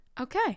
okay